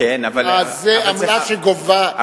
זה עמלה שגובה,